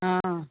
हा